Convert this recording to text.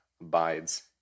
abides